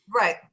right